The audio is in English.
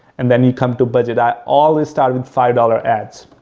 and then you come to budget. i always start with five dollars ads,